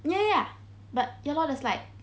ya ya but ya lor there's like